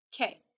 Okay